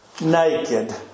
naked